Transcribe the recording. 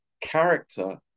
character